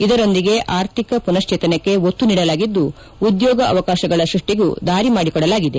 ಇದರೊಂದಿಗೆ ಆರ್ಥಿಕ ಪುನಶ್ಚೇತನಕ್ಕೆ ಒತ್ತು ನೀಡಲಾಗಿದ್ದು ಉದ್ಕೋಗ ಅವಕಾಶಗಳ ಸೃಷ್ಟಿಗೂ ದಾರಿ ಮಾಡಿಕೊಡಲಾಗಿದೆ